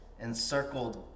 encircled